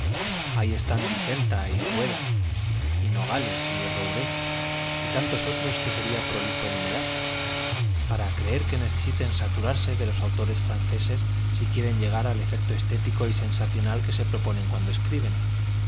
ahí estan dicenta y rueda y nogales y roure y tantos otros que sería prolijo enu merar para creer que necesiten saturarse de los autores franceses si quieren llegar al efecto estético y sensacional que se proponen cuando escriben